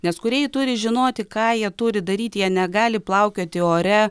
nes kūrėjai turi žinoti ką jie turi daryti jie negali plaukioti ore